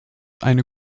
eine